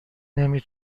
نمی